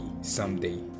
someday